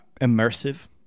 immersive